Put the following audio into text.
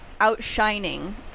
Outshining